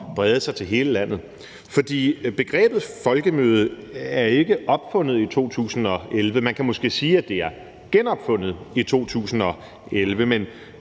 brede sig til hele landet. For begrebet folkemøde er ikke opfundet i 2011. Man kan måske sige, at det er genopfundet i 2011, men